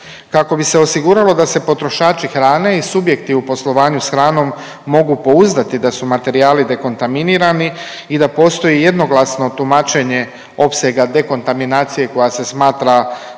Kako bi se osiguralo da se potrošači hrane i subjekti u poslovanju s hranom mogu pouzdati da su materijali dekontaminirani i da postoji jednoglasno tumačenje opsega dekontaminacije koja se smatra